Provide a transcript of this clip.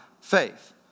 faith